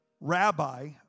Rabbi